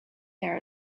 there